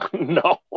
no